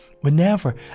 whenever